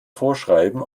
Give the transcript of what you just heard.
vorschreiben